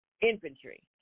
infantry